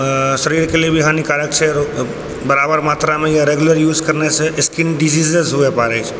अऽ शरीर के लिए भी हानिकारक छै आओर बराबर मात्रा मे या रेगुलर यूज करने से स्किन डिजिजेज हुए पाबै छै